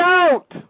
out